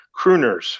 crooners